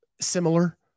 similar